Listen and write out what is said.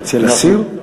אתה רוצה להסיר?